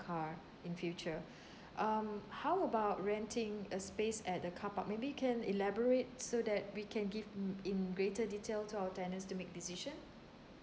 car in future um how about renting a space at the car park maybe you can elaborate so that we can give mm in greater detail to our tenants to make decision